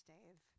Dave